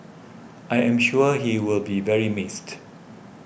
I am sure he will be very missed